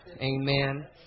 Amen